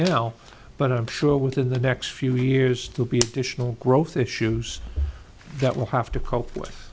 now but i'm sure within the next few years to be additional growth issues that we'll have to cope with